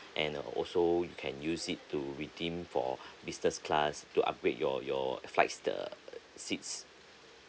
and also you can use it to redeem for business class to upgrade your your flights the seats